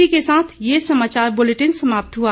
इसी के साथ ये समाचार बुलेटिन समाप्त हुआ